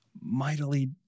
mightily